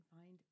find